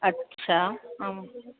अच्छा ऐं